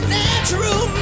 natural